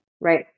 Right